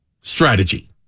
strategy